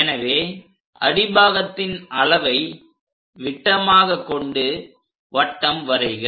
எனவே அடிபாகத்தின் அளவை விட்டமாக கொண்டு வட்டம் வரைக